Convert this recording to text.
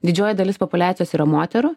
didžioji dalis populiacijos yra moterų